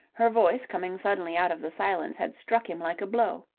her voice, coming suddenly out of the silence, had struck him like a blow.